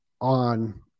on